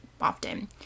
often